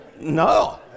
No